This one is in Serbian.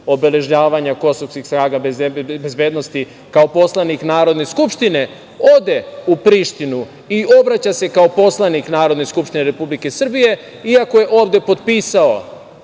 obeležavanja kosovskih snaga bezbednosti kao poslanik Narodne skupštine ode u Prištinu i obraća se kao poslanik Narodne skupštine Republike Srbije iako je ovde potpisao